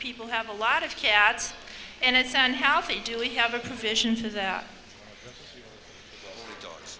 people have a lot of cats and it is and how they do we have a provision for their dogs